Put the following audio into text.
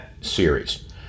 series